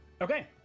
Okay